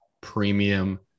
premium